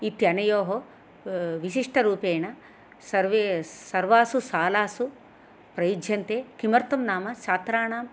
इत्यनयोः विशिष्टरूपेण सर्वे सर्वासु शालासु प्रयुज्यन्ते किमर्थं नाम छात्रााणं